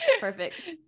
Perfect